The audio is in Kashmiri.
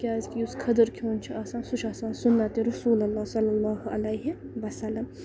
کیازِ کہِ یُس کھٔزٔر کھیوٚن چھُ آسان سُنت رَسوٗل اللّٰہ صلی اللہ علیہِ وسلم